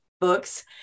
Books